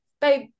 babe